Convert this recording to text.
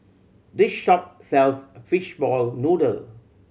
this shop sells fishball noodle